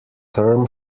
term